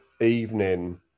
evening